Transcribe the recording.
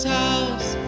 house